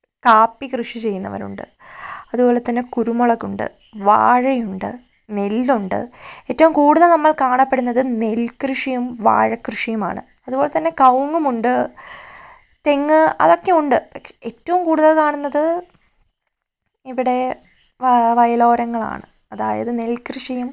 കാപ്പികൃഷിചെയ്യുന്നവരുണ്ട് അതുപോലെതന്നെ കുരുമുളക്ണ്ട് വാഴയുണ്ട് നെല്ലുണ്ട് ഏറ്റവും കൂടുതൽ നമ്മൾ കാണപ്പെടുന്നത് നെൽകൃഷിയും വാഴകൃഷിയുമാണ് അതുപോലെതന്നെ കവുങ്ങുമുണ്ട് തെങ്ങ് അതൊക്കെയുണ്ട് ഏറ്റവും കൂടുതൽ കാണുന്നത് ഇവിടെ വയലോരങ്ങളാണ് അതായത് നെൽകൃഷിയും